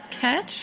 catch